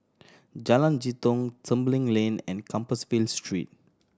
Jalan Jitong Tembeling Lane and Compassvale Street